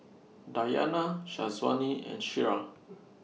Dayana Syazwani and Syirah